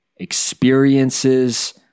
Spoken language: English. experiences